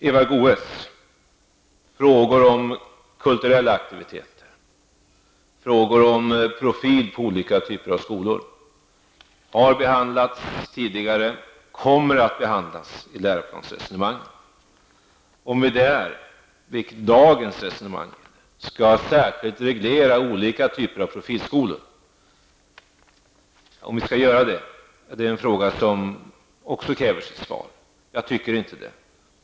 Eva Goe s frågor om kulturella aktiviteter, frågor om profil på olika typer av skolor har behandlats tidigare och kommer att behandlas i läroplansresonemangen. Om vi likt dagens resonemang särskilt skall reglera olika typer av profilskolor är en fråga som också kräver sitt svar. Jag tycker inte det.